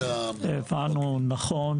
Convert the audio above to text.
הבנו נכון.